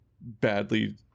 badly